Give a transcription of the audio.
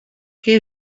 que